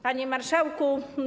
Panie Marszałku!